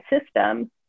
system